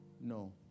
No